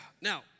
Now